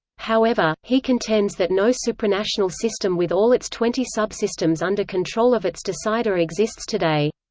however, he contends that no supranational system with all its twenty subsystems under control of its decider exists today.